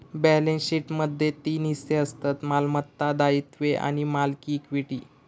balance शीटमध्ये तीन हिस्से असतत मालमत्ता, दायित्वे आणि मालकी इक्विटी